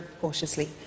cautiously